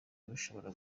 bishobora